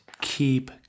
keep